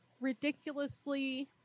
ridiculously